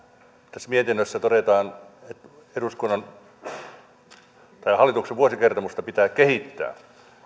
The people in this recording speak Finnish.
tässä mietinnössä todetaan että hallituksen vuosikertomusta pitää kehittää